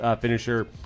finisher